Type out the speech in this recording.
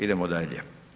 Idemo dalje.